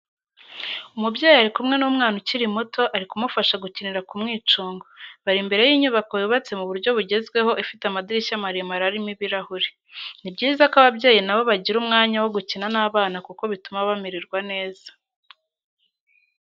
Umubyeyi ari kumwe n'umwana ukiri muto ari kumufasha gukinira ku mwicungo, bari imbere y'inyubako yubatse mu buryo bugezweho, ifite amadirishya maremare arimo ibirahuri. Ni byiza ko ababyeyi na bo bagira umwanya wo gukina n'abana kuko bituma bamererwa neza.